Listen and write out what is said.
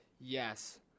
Yes